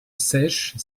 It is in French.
sèche